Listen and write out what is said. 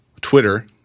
Twitter –